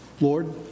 Lord